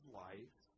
life